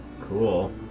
cool